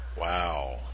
wow